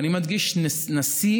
ואני מדגיש נשיא,